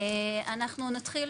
אנחנו נתחיל